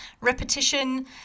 repetition